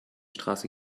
straße